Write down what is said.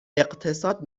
اقتصاد